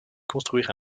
construire